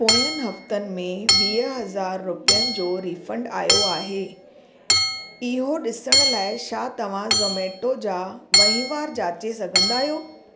पोयनि हफ़्तनि में वीह हज़ार रुपियनि जो रीफंड आयो आहे इहो ॾिसण लाइ छा तव्हां ज़मैटो जा वहिंवार जांचे सघंदा आहियो